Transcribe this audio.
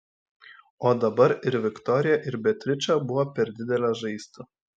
o dabar ir viktorija ir beatričė buvo per didelės žaisti